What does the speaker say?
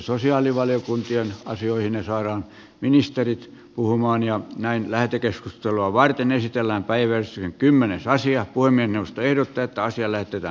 puhemiesneuvosto ehdottaa että asia lähetetään sosiaali ja näin lähetekeskustelua varten esitellään päivä kymmenen rasia kuin minusta ehdotetaan kiellettävä